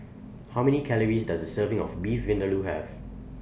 How Many Calories Does A Serving of Beef Vindaloo Have